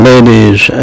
Ladies